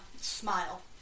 smile